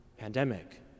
pandemic